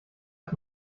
ist